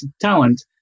talent